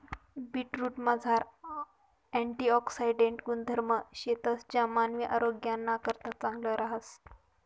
बीटरूटमझार अँटिऑक्सिडेंट गुणधर्म शेतंस ज्या मानवी आरोग्यनाकरता चांगलं रहास